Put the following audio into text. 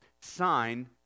sign